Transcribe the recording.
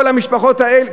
כל המשפחות האלה,